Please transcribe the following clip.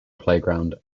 playground